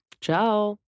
Ciao